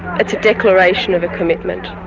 a declaration of a commitment,